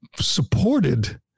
supported